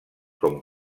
com